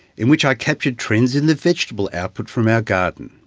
in which i captured trends in the vegetable output from our garden.